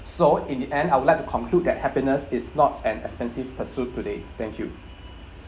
so in the end I would like to conclude that happiness is not an expensive pursuit today thank you